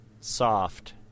soft